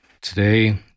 Today